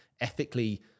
ethically